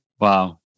Wow